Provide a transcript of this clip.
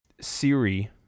Siri